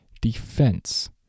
defense